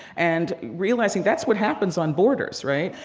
and realizing that's what happens on borders, right?